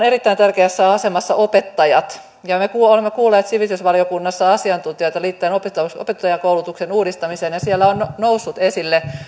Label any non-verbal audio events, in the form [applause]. [unintelligible] erittäin tärkeässä asemassa opettajat me olemme kuulleet sivistysvaliokunnassa asiantuntijoita liittyen opettajankoulutuksen uudistamiseen ja siellä on noussut esille